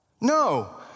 No